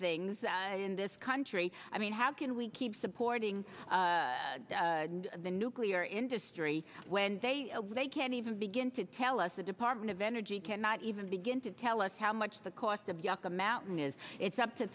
things in this country i mean how can we keep supporting the nuclear industry when they they can't even begin to tell us the department of energy cannot even begin to tell us how much the cost of yucca mountain is it's up to